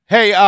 Hey